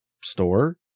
store